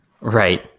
right